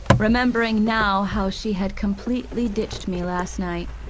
remembering now how she had completely ditched me last night.